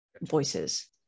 voices